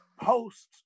posts